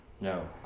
No